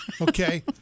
okay